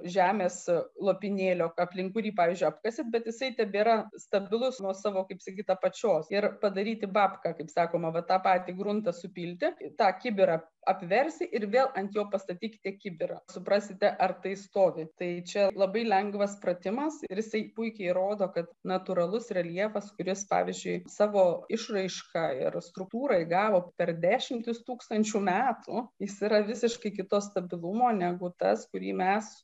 žemės lopinėlio aplink kurį pavyzdžiui apkasit bet jisai tebėra stabilus nuo savo kaip sakyt apačios ir padaryti bapką kaip sakoma va tą patį gruntą supilti tą kibirą apversi ir vėl ant jo pastatykite kibirą suprasite ar tai stovi tai čia labai lengvas pratimas ir jisai puikiai įrodo kad natūralus reljefas kuris pavyzdžiui savo išraišką ir struktūrą įgavo per dešimtis tūkstančių metų jis yra visiškai kito stabilumo negu tas kurį mes